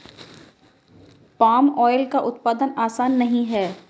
palm oil का उत्पादन आसान नहीं है